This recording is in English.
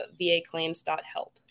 vaclaims.help